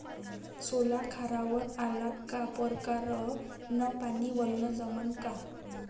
सोला खारावर आला का परकारं न पानी वलनं जमन का?